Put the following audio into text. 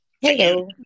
Hello